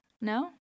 No